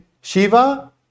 Shiva